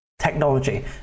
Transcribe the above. technology